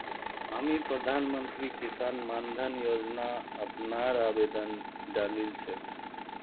हामी प्रधानमंत्री किसान मान धन योजना अपनार आवेदन डालील छेक